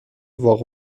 واق